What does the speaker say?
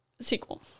sequel